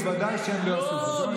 בוודאי שהם לא יעשו זאת.